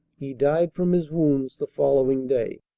he died from his wounds the following day.